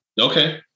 Okay